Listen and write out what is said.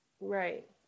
Right